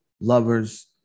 lovers